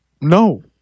No